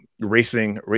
racing